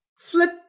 flip